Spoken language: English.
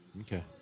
Okay